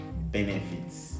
benefits